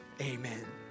Amen